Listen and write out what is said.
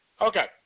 Okay